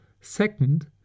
Second